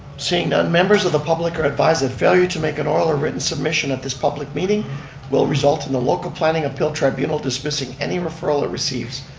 seeing none, members of the public are advised that failure to make an oral or written submission at this public meeting will result in the local planning appeal tribunal dismissing any referral it ah receives.